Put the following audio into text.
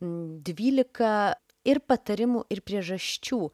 dvylika ir patarimų ir priežasčių